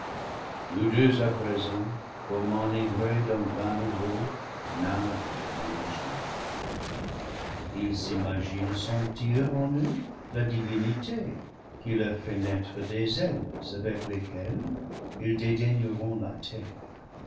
deux à présent comme enivrés d'un vin nouveau nagent dans la joie ils s'imaginent sentir en eux la divinité qui leur fait naître des ailes avec lesquelles ils dédaigneront la terre